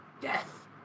death